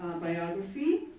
biography